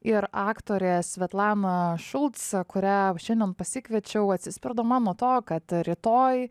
ir aktorė svetlana šulc kurią šiandien pasikviečiau atsispirdama nuo to kad rytoj